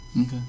Okay